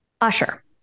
Usher